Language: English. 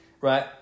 right